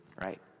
right